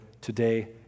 today